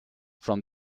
from